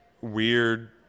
weird